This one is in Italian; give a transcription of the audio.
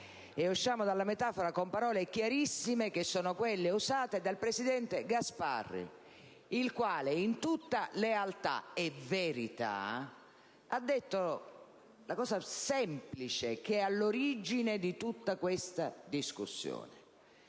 usciamo dalla metafora con parole chiarissime, che sono quelle usate dal presidente Gasparri, il quale, in tutta lealtà e in verità, ha detto una cosa semplice, che è all'origine di tutta questa discussione: